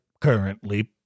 currently